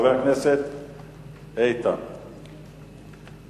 אדוני, חבר הכנסת איתן כבל.